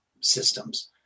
systems